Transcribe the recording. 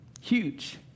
Huge